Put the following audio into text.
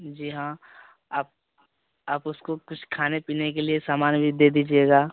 जी हाँ आप आप उसको कुछ खाने पीने के लिए सामान भी दे दीजिएगा